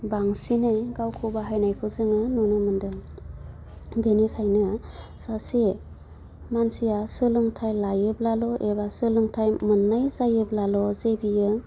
बांसिनै गावखौ बाहायनायखौ जोङो नुनो मोनदों बेनिखायनो सासे मानसिया सोलोंथाइ लायोब्लाल' एबा सोलोंथाइ मोननाय जायोब्लाल' जे बियो